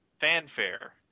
fanfare